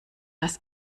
das